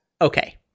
okay